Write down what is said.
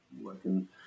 Working